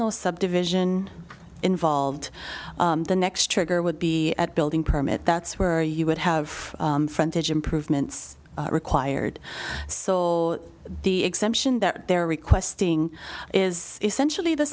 no subdivision involved the next trigger would be at building permit that's where you would have frontage improvements required so the exemption that they're requesting is essentially the